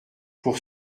pour